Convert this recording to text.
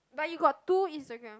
but you got two Instagram